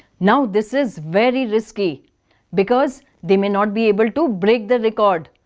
no this is very risky because they may not be able to break the record.